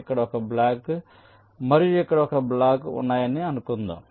ఇక్కడ ఒక బ్లాక్ మరియు ఇక్కడ ఒక బ్లాక్ ఉన్నాయని అనుకుందాం